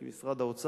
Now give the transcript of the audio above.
כי משרד האוצר,